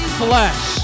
flesh